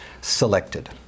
Selected